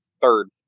third